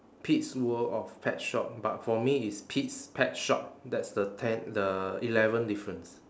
pete's world of pets shop but for me it's pete's pet shop that's the ten~ the eleventh difference